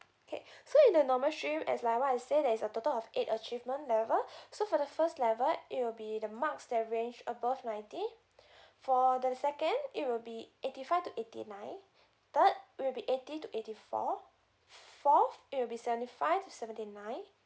okay so in the normal stream as like what I said there's a total of eight achievement level so for the first level it will be the marks that range above ninety for the second it will be eighty five to eighty nine third will be eighty to eighty four fourth it will be seventy five to seventy nine